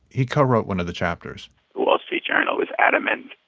he co-wrote one of the chapters the wall street journal was adamant.